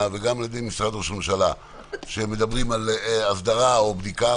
ומשרד ראש הממשלה שמדברים על הסדרה או בדיקה